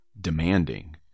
demanding